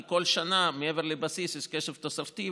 כי כל שנה מעבר לבסיס יש כסף תוספתי,